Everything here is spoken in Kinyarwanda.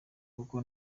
kuko